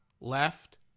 left